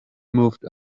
moved